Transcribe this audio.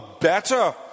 better